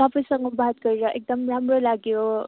तपाईँसँग बात गरेर एकदम राम्रो लाग्यो